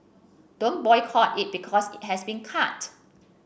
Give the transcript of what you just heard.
don't boycott it because it has been cut